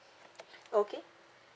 okay